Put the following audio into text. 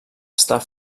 estar